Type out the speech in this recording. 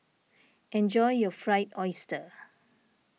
enjoy your Fried Oyster